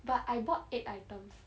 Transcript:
but I bought eight items